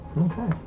Okay